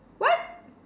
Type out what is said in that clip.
what